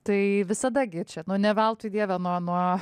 tai visada gi čia ne veltui dieve nuo nuo